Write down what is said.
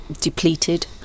depleted